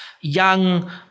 young